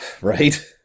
right